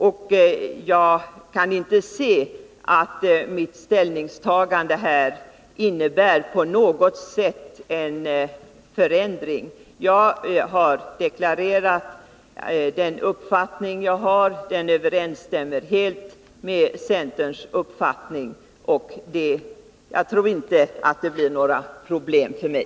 Men jag kan inte se att mitt ställningstagande här på något sätt innebär en förändring i förhållande till min tidigare deklarerade uppfattning. Den överensstämmer också helt med centerns uppfattning. Jag tror inte att det blir några problem för mig.